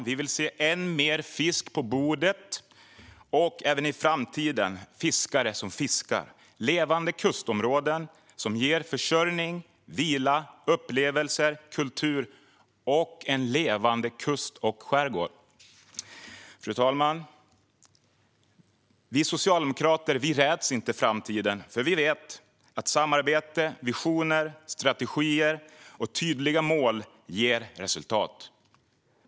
Vi vill se än mer fisk på bordet och även i framtiden fiskare som fiskar, levande kustområden som ger försörjning, vila, upplevelser och kultur och en levande kust och skärgård. Fru talman! Vi socialdemokrater räds inte framtiden. Vi vet att samarbete, visioner, strategier och tydliga mål ger resultat.